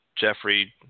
Jeffrey